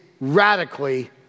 radically